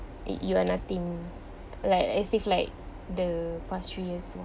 eh you are nothing like as if like the past few years